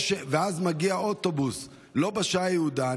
ואז מגיע אוטובוס לא בשעה הייעודית,